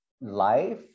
life